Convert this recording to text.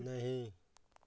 नहीं